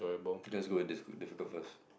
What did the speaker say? that's was that's good difficult first